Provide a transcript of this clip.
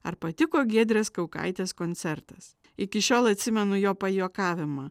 ar patiko giedrės kaukaitės koncertas iki šiol atsimenu jo pajuokavimą